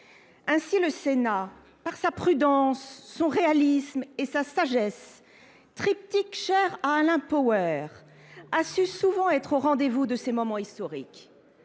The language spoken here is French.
Or le Sénat, par sa prudence, son réalisme et sa sagesse – triptyque cher à Alain Poher –, a souvent su être au rendez vous de ces moments historiques.